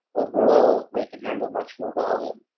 overall, they can handle much more volume.